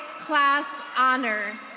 clas honors.